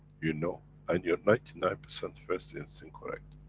you know and you're ninety nine percent first instinct correct.